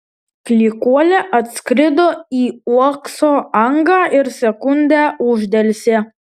klykuolė atskrido į uokso angą ir sekundę uždelsė